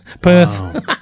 Perth